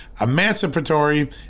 emancipatory